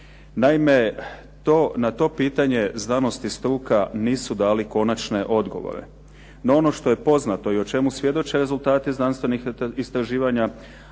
Naime, na to pitanje znanost i struka nisu dali konačne odgovore. No, ono što je poznato i o čemu svjedoče rezultati znanstvenih istraživanja,